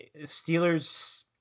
Steelers